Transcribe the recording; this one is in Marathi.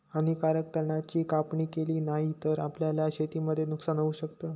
हानीकारक तणा ची कापणी केली नाही तर, आपल्याला शेतीमध्ये नुकसान होऊ शकत